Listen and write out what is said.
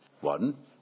One